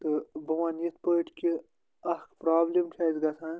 تہٕ بہٕ وَنہٕ یِتھ پٲٹھۍ کہِ اَکھ پرٛابلِم چھِ اسہِ گژھان